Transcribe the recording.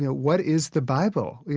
what is the bible? you